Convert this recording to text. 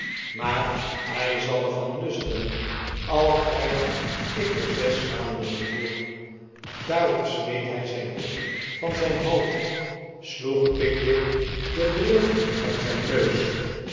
maar hij zal er van hasten al krijg ik er zes maanden voor daarop smeet hij zijn hoed van zijn hoofd sloeg pickwick den bril van zijn neus